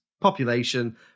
population